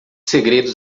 segredos